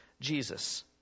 Jesus